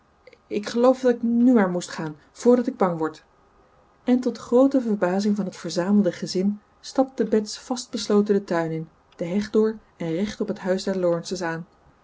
ik geloof dat ik nu maar moest gaan voordat ik bang word en tot groote verbazing van het verzamelde gezin stapte bets vastbesloten den tuin in de heg door en recht op het huis der laurences aan